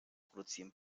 produzieren